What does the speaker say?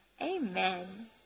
amen